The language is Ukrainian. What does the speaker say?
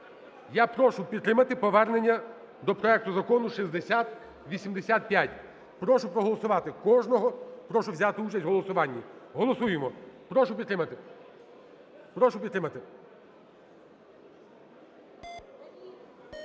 Я прошу підтримати повернення до проекту Закону 6085. Прошу проголосувати, кожного прошу взяти участь в голосуванні. Голосуємо. Прошу підтримати. Прошу підтримати.